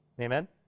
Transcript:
Amen